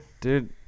dude